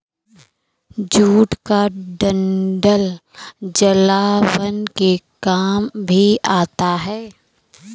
jute का डंठल जलावन के काम भी आता है